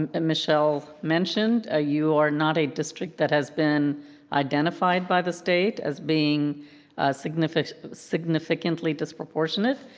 and michelle mentioned, ah you are not a district that has been identified by the state as being significantly significantly disproportionate,